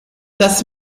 das